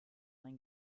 ein